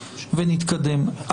ונתקדם.